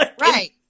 Right